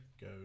go